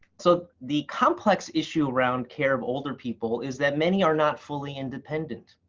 so the complex issue around care of older people is that many are not fully independent.